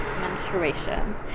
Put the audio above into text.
menstruation